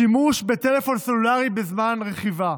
שימוש בטלפון סלולרי בזמן רכיבה,